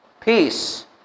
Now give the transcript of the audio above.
Peace